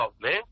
man